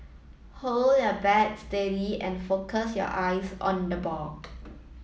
hold your bat steady and focus your eyes on the ball